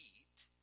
eat